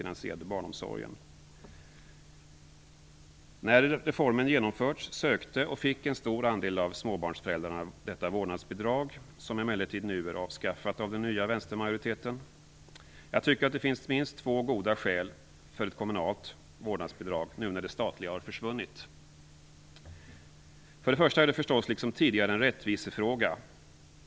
När reformen genomförts sökte och fick en stor andel av småbarnsföräldrarna detta vårdnadsbidrag, som emellertid nu är avskaffat av den nya vänstermajoriteten. Jag tycker att det finns minst två goda skäl för ett kommunalt vårdnadsbidrag nu när det statliga har försvunnit. För det första är det förstås liksom tidigare en rättvisefråga.